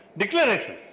declaration